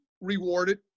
rewarded